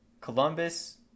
columbus